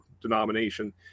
denomination